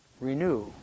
Renew